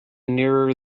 nearer